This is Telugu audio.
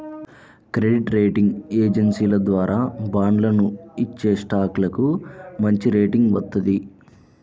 క్రెడిట్ రేటింగ్ ఏజెన్సీల ద్వారా బాండ్లను ఇచ్చేస్టాక్లకు మంచిరేటింగ్ వత్తది